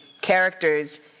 characters